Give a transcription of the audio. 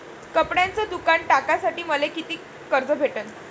कपड्याचं दुकान टाकासाठी मले कितीक कर्ज भेटन?